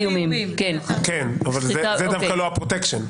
זה דווקא לא הפרוטקשן.